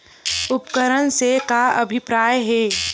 उपकरण से का अभिप्राय हे?